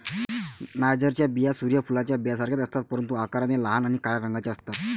नायजरच्या बिया सूर्य फुलाच्या बियांसारख्याच असतात, परंतु आकाराने लहान आणि काळ्या रंगाच्या असतात